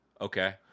Okay